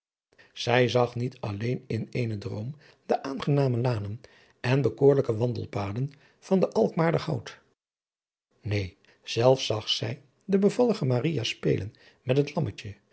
zij zag niet alleen in eenen droom de aangename lanen en bekoorlijke wandelpaden van den alkmaarder hout neen zelfs zag zij de bevallige maria spelen met het lammetje